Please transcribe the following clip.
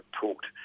talked